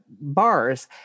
bars